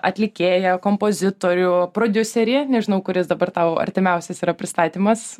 atlikėją kompozitorių prodiuserį nežinau kuris dabar tau artimiausias yra pristatymas